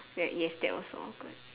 that yes that was so awkward